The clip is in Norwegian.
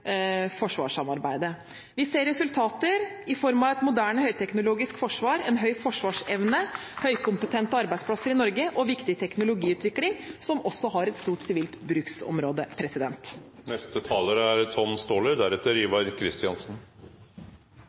forsvarssamarbeidet. Vi ser resultater i form av et moderne og høyteknologisk forsvar, en høy forsvarsevne, høykompetente arbeidsplasser i Norge og viktig teknologiutvikling, som også har et stort sivilt bruksområde.